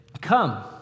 come